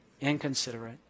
inconsiderate